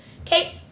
okay